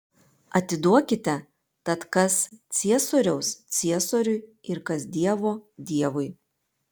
atiduokite tad kas ciesoriaus ciesoriui ir kas dievo dievui